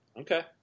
Okay